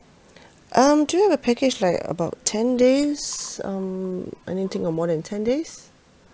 um do you have a package like about ten days um anything or more than ten days